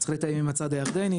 צריך לתאם עם הצד הירדני,